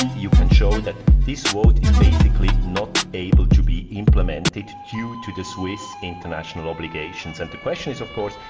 you can show that this vote is basically not able to be implemented due to the swiss international obligations. and the question is, of course,